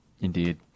Indeed